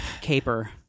caper